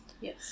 yes